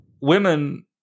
women